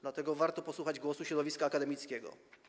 Dlatego warto posłuchać głosu środowiska akademickiego.